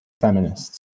feminists